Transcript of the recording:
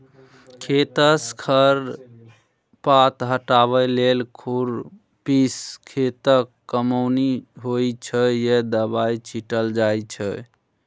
खेतसँ खर पात हटाबै लेल खुरपीसँ खेतक कमौनी होइ छै या दबाइ छीटल जाइ छै